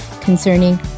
concerning